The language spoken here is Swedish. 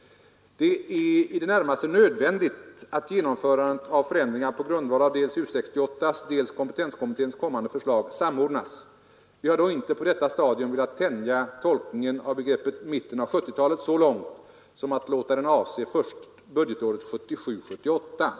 Det är i det närmaste nödvändigt att genomförandet av förändringar på grundval av dels U 68:s, dels kompetenskommitténs kommande förslag samordnas. Vi har då inte på detta stadium velat tänja tolkningen av begreppet ”mitten av 1970-talet” så långt som att låta den avse först budgetåret 1977/78.